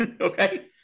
Okay